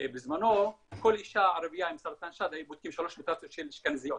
בזמנו כל אישה ערבייה עם סרטן שד היו בודקים שלוש מוטציות של אשכנזיות.